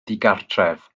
ddigartref